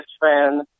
fan